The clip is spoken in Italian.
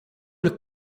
del